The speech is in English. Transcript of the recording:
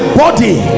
body